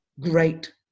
great